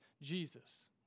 Jesus